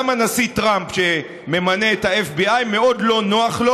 גם הנשיא טראמפ, שממנה את ה-FBI, מאוד לא נוח לו